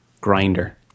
grinder